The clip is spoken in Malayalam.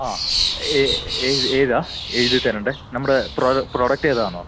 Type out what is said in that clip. ആ ഏതാ എഴുതി തരേണ്ടത് നമ്മുടെ പ്രൊഡക്റ്റേതാന്നോ